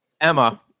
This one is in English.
Emma